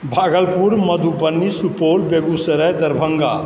Bhagalpur Madhubani Supaul Begusarai Darbhanga